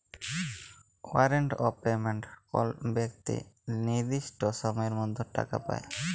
warrant of payment কল বেক্তি লির্দিষ্ট সময়ের মধ্যে টাকা পায়